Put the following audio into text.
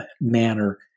manner